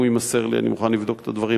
אם הוא יימסר לי אני מוכן לבדוק את הדברים,